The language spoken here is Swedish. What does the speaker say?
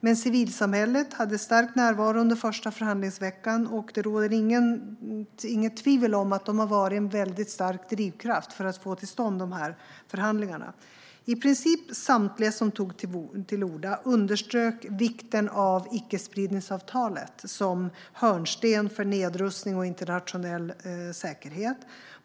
Men civilsamhället hade stark närvaro under den första förhandlingsveckan, och det råder inget tvivel om att det har varit en väldigt stark drivkraft för att få till stånd de här förhandlingarna. I princip samtliga som tog till orda underströk vikten av icke-spridningsavtalet som hörnsten för nedrustning och internationell säkerhet.